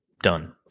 done